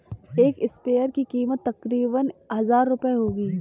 एक स्प्रेयर की कीमत तकरीबन हजार रूपए होगी